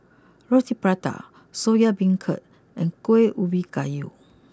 Roti Prata Soya Beancurd and Kuih Ubi Kayu